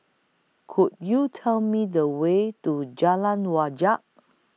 Could YOU Tell Me The Way to Jalan Wajek